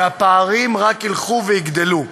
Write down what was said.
והפערים רק ילכו ויגדלו.